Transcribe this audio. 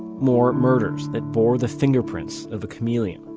more murders that bore the fingerprints of a chameleon